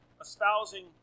espousing